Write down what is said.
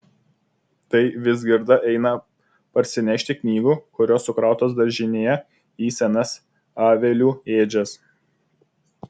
tai vizgirda eina parsinešti knygų kurios sukrautos daržinėje į senas avelių ėdžias